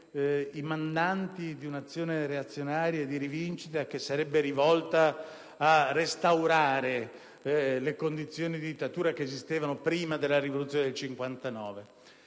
mandanti di un'azione reazionaria e di rivincita che sarebbe rivolta a restaurare le condizioni di dittatura che esistevano prima della rivoluzione del 1959.